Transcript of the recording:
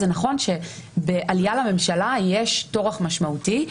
זה נכון שבעלייה לממשלה יש טורח משמעותי,